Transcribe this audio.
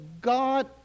God